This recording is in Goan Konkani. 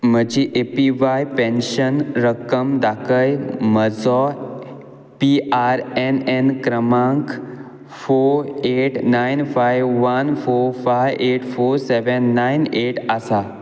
म्हजी ए पी व्हाय पेन्शन रक्कम दाखय म्हजो पी आर एन एन क्रमांक four eight nine five one four five eight four seven nine eight आसा